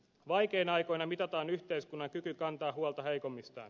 vaikeina aikoina mitataan yhteiskunnan kyky kantaa huolta heikommistaan